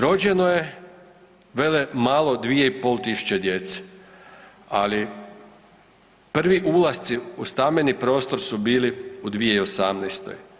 Rođeno je vele malo 2.500 djece, ali prvi ulasci u stambeni prostor su bili u 2018.